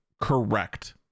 correct